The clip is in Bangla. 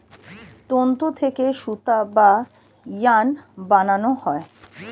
তন্তু থেকে সুতা বা ইয়ার্ন বানানো হয়